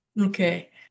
Okay